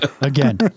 Again